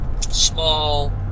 small